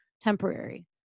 temporary